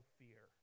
fear